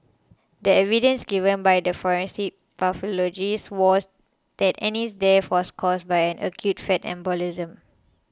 the evidence given by the forensic pathologist was that Annie's death was caused by acute fat embolism